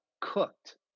cooked